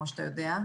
כמו שאתה יודע.